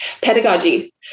pedagogy